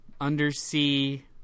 undersea